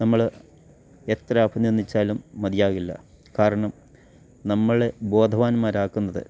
നമ്മള് എത്ര അഭിനന്ദിച്ചാലും മതിയാകില്ല കാരണം നമ്മളെ ബോധവാന്മാരാക്കുന്നത്